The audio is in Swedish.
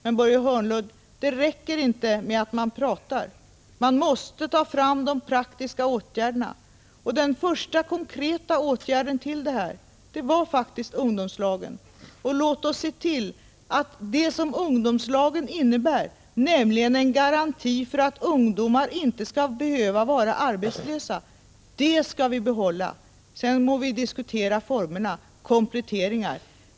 Men, Börje Hörnlund, det räcker inte att bara prata. Man måste också i praktiken göra någonting. Den första konkreta åtgärden i detta sammanhang var faktiskt införandet av ungdomslagen. Jag hoppas att vi alla håller fast vid meningen med ungdomslagen, nämligen att de skall vara en garanti för att ungdomar inte skall behöva vara arbetslösa. Sedan må vi diskutera formerna och göra kompletteringar.